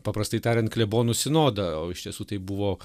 paprastai tariant klebonų sinodą o iš tiesų tai buvo